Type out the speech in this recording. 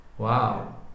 Wow